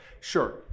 Sure